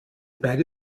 beide